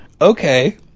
Okay